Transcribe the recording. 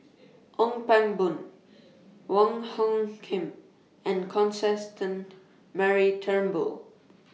Ong Pang Boon Wong Hung Khim and Constance Mary Turnbull